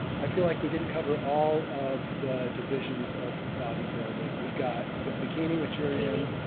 i feel like we didn't cover all of the divisions of bodybuilding. we've got bikini which you're in.